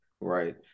Right